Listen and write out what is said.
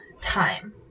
time